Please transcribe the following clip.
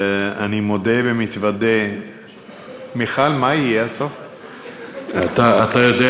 ואני מודה ומתוודה, מיכל, מה יהיה הסוף?